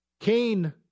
Cain